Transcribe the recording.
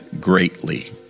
greatly